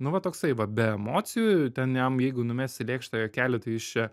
nu va toksai va be emocijų ten jam jeigu numesi lėkštą juokelį tai jis čia